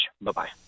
Bye-bye